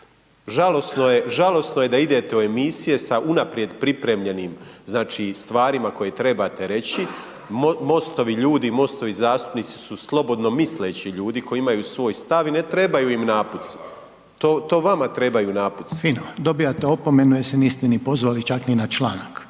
Žalosno je da idete u emisije sa unaprijed pripremljenim znači stvarima koje trebate reći, MOST-ovi ljudi, MOST-ovi zastupnici su slobodno misleći ljudi koji imaju svoj stav i ne trebaju im napuci. To vama trebaju napuci. **Reiner, Željko (HDZ)** Fino, dobijate opomenu jer se niste ni pozvali čak ni na članak,